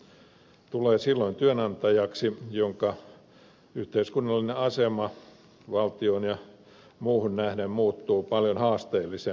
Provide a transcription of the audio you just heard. hän tulee silloin työnantajaksi jonka yhteiskunnallinen asema valtioon ja muuhun nähden muuttuu paljon haasteellisemmaksi